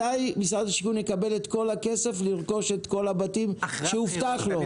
מתי משרד השיכון יקבל את כל הכסף לרכוש את כל הבתים שהובטחו לו?